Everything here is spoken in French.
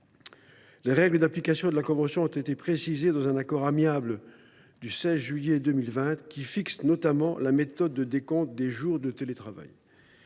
Les règles d’application de la convention ont été précisées dans un accord amiable du 16 juillet 2020, qui fixe notamment la méthode de décompte des jours de télétravail.